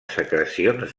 secrecions